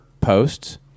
posts